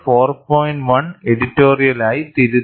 1 എഡിറ്റോറിയലായി തിരുത്തി